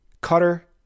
Cutter